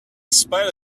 spite